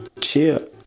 Cheers